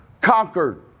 conquered